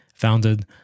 founded